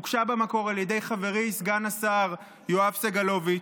הוגשה במקור על ידי חברי סגן השר יואב סגלוביץ',